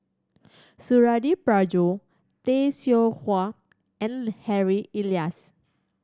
Suradi Parjo Tay Seow Huah and Harry Elias